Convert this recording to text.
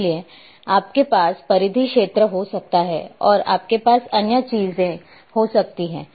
इसलिए आपके पास परिधि क्षेत्र हो सकता है और आपके पास अन्य चीज हो सकती है